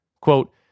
Quote